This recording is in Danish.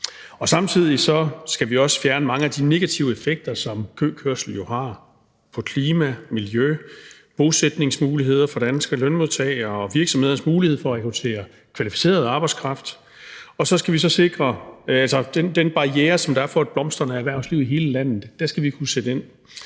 Samtidig skal vi også fjerne mange af de negative effekter, som køkørsel jo har på klima, miljø, bosætningsmuligheder for danske lønmodtagere og virksomheders muligheder for at rekruttere kvalificeret arbejdskraft, og den barriere, der er for et blomstrende erhvervsliv i hele landet,